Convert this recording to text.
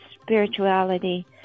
spirituality